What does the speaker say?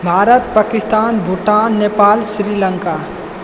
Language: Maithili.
भारत पाकिस्तान भूटान नेपाल श्रीलङ्का